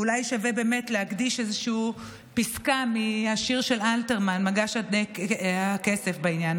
ואולי שווה באמת להקדיש איזו פסקה מהשיר של אלתרמן "מגש הכסף" בעניין